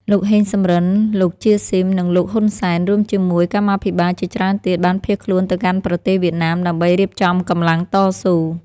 លោក ហេង សំរិន លោក ជា ស៊ីម និងលោក ហ៊ុន សែន រួមជាមួយកម្មាភិបាលជាច្រើនទៀត បានភៀសខ្លួនទៅកាន់ប្រទេសវៀតណាមដើម្បីរៀបចំកម្លាំងតស៊ូ។